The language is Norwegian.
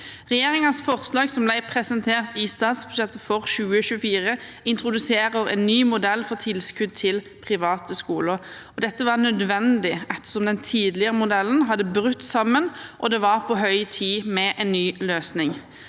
Regjeringens forslag, som ble presentert i statsbudsjettet for 2024, introduserer en ny modell for tilskudd til private skoler. Dette var nødvendig ettersom den tidligere modellen hadde brutt sammen, og det var på høy tid med en ny løsning.